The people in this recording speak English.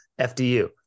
FDU